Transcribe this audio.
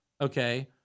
okay